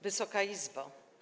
Wysoka Izbo!